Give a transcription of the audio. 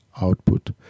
output